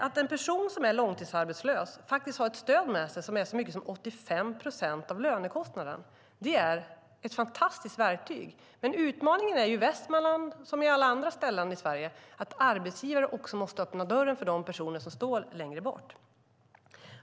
Att en person som är långtidsarbetslös har ett stöd med sig som är så mycket som 85 procent av lönekostnaden är ett fantastiskt verktyg. Men utmaningen i Västmanland är, som på alla andra ställen i Sverige, att arbetsgivare också måste öppna dörren för de personer som står längre bort.